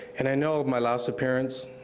and i know my last appearance,